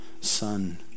son